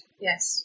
yes